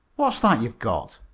what's that you've got?